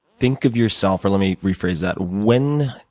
think of yourself or let me rephrase that, when